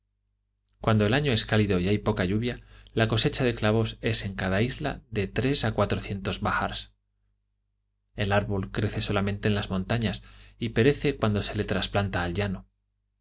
cuando el año es cálido y hay poca lluvia la cosecha de clavos es en cada isla de tres a cuatrocientos bahars el árbol crece solamente en las montañas y perece cuando se le trasplanta al llano